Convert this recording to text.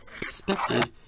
expected